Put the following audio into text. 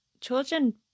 children